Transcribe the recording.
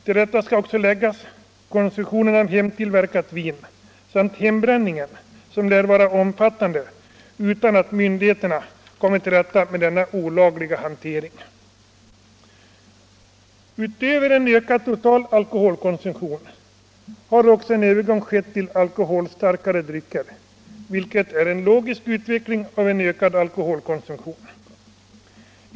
Till detta skall också läggas konsumtionen av hemtillverkat vin samt hembränningen, som lär vara omfattande, utan att myndigheterna kommit till rätta med denna olagliga hantering. Utöver en ökad total alkoholkonsumtion har också en övergång skett till alkoholstarkare drycker, vilket är en logisk utveckling av en ökad alkoholkonsumtion.